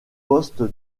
poste